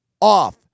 off